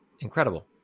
incredible